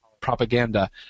propaganda